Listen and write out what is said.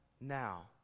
now